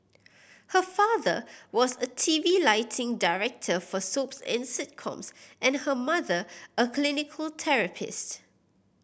her father was a T V lighting director for soaps and sitcoms and her mother a clinical therapist